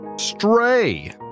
Stray